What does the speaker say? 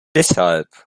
deshalb